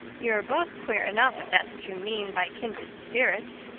you're both queer enough, if that's what you mean by kindred spirits,